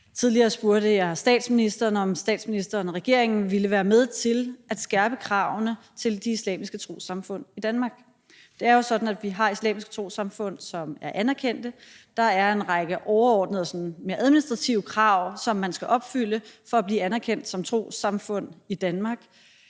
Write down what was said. Tidligere spurgte jeg statsministeren, om statsministeren og regeringen ville være med til at skærpe kravene til de islamiske trossamfund i Danmark. Det er jo sådan, at vi har islamiske trossamfund, som er anerkendte, og der er en række overordnede og sådan mere administrative krav, som man skal opfylde for at blive anerkendt som trossamfund i Danmark.